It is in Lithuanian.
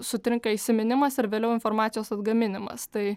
sutrinka įsiminimas ir vėliau informacijos atgaminimas tai